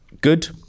good